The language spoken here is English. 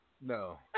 No